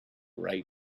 right